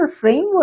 framework